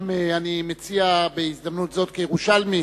אני מציע בהזדמנות זאת, כירושלמי,